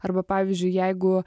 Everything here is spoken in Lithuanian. arba pavyzdžiui jeigu